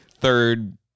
third